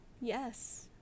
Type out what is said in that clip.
Yes